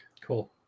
Cool